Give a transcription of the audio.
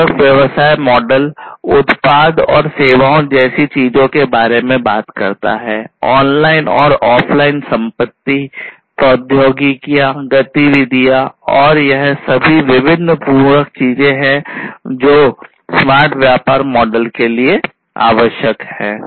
पूरक व्यवसाय मॉडल उत्पाद और सेवाओं जैसी चीजों के बारे में बात करता है ऑनलाइन और ऑफ़लाइन संपत्ति प्रौद्योगिकियां गतिविधियां यह सभी विभिन्न पूरक चीजें हैं जो स्मार्ट व्यापार मॉडल के लिए आवश्यक है